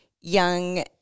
young